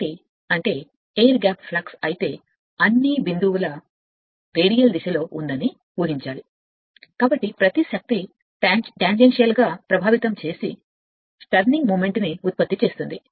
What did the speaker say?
కాబట్టి అంటే air gap flux అయితే అన్ని బిందువులక రేడియల్గా దర్శకత్వం వహిస్తుందని ఉహించాలి కాబట్టి ప్రతి శక్తి స్పష్టంగా పనిచేస్తుంది మరియు ఉత్పత్తి చేస్తుంది దీనిని శక్తి గుణకారం దాని టర్నింగ్ మూమెంట్ అని పిలుస్తారు